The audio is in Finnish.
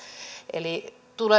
eli